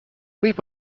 võib